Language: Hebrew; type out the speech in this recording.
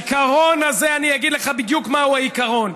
העיקרון הזה, אני אגיד לך בדיוק מהו העיקרון.